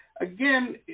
again